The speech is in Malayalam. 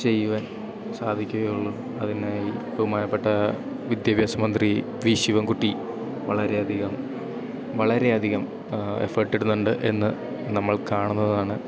ചെയ്യുവാൻ സാധിക്കുകയുള്ളു അതിനായി ബഹുമാനപ്പെട്ട വിദ്യാഭ്യാസമന്ത്രി വീ ശിവംകുട്ടി വളരെയധികം വളരെയധികം എഫേട്ടിടുന്നുണ്ട് എന്നു നമ്മൾ കാണുന്നതാണ്